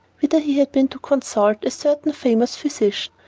whither he had been to consult a certain famous physician.